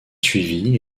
suivi